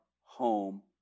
home